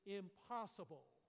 impossible